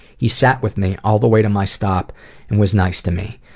he sat with me all the way to my stop and was nice to me.